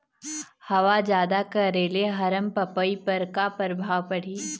हवा जादा करे ले अरमपपई पर का परभाव पड़िही?